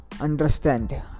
understand